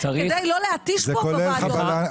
כדי לא להתיש פה בוועדות.